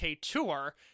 tour